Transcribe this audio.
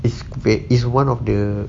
it's wait it's one of the